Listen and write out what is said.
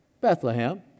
Bethlehem